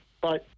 Bye